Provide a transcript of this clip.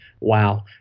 wow